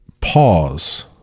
pause